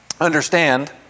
understand